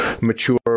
mature